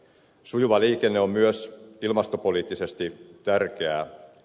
sujuva liikenne on myös ilmasto poliittisesti tärkeää